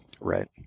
Right